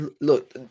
look